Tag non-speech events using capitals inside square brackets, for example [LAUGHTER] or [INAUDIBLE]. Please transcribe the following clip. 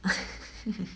[LAUGHS]